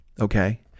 Okay